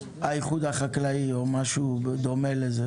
אני יושב-ראש התאחדות חקלאי ישראל ומזכ"ל תנועת המושבים.